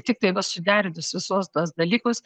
tik tai va suderinus visos tuos dalykus